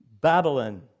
Babylon